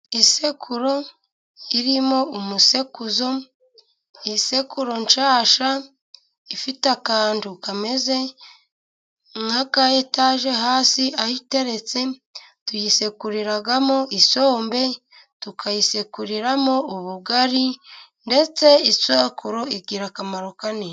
Isekuro irimo umusekuzo, isekuro nshyashya, ifite akantu kameze nk'aka etaje hasi aho iteretse, tuyisekuriramo isombe, tukayisekuriramo ubugari, ndetse isekuro igira akamaro kanini.